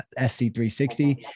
SC360